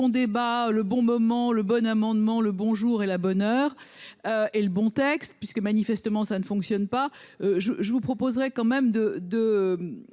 débat le bon moment le bon amendement le bonjour et la bonne heure et le bon texte puisque manifestement, ça ne fonctionne pas, je je vous proposerai quand même de,